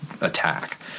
attack